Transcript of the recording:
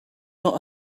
not